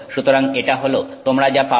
সুতরাং এটা হল তোমরা যা পাবে